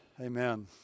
Amen